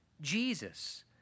Jesus